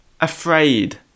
Afraid